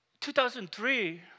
2003